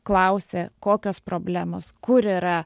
klausė kokios problemos kur yra